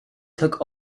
took